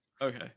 okay